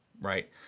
right